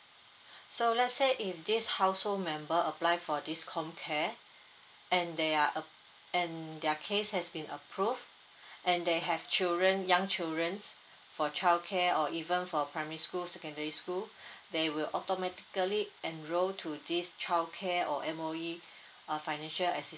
so let's say if this household remember apply for this comcare and they are uh and their case has been approve and they have children young children's for childcare or even for primary school secondary school they will automatically enroll to this childcare or M_O_E uh financial assistance